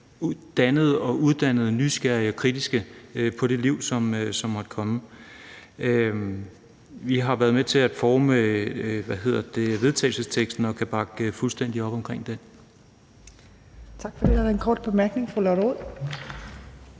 dannede, uddannede, nysgerrige og kritiske i forhold til det liv, som måtte komme. Vi har jo været med til at forme vedtagelsesteksten og kan bakke fuldstændig op omkring den. Kl. 18:21 Tredje næstformand (Trine